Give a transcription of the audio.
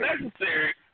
necessary